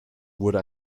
wurde